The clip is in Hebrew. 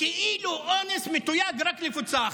כאילו אונס מתויג רק לקבוצה אחת.